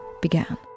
began